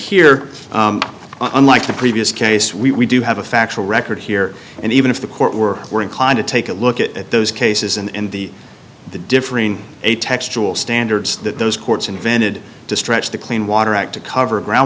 here unlike the previous case we do have a factual record here and even if the court were were inclined to take a look at those cases and the the differing a textual standards that those courts invented to stretch the clean water act to cover ground